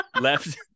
left